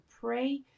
pray